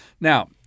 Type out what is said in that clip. Now